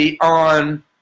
on